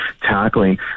tackling